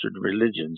religions